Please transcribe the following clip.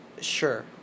sure